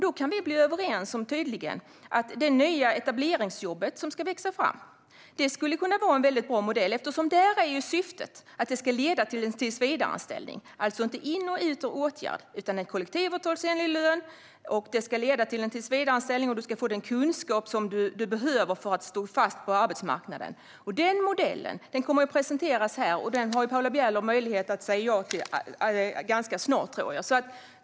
Då kan vi nog bli överens om att det nya etableringsjobbet är en bra modell. Syftet är att det ska leda till en tillsvidareanställning med kollektivavtalsenlig lön, alltså inte in och ut i åtgärder, och att man ska få de kunskaper man behöver för att stå fast på arbetsmarknaden. Denna modell kommer att presenteras här, och den har Paula Bieler möjlighet att säga ja till ganska snart.